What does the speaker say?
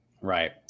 Right